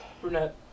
Brunette